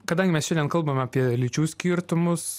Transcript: kadangi mes šiandien kalbam apie lyčių skirtumus